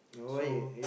so